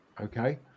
okay